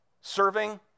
Serving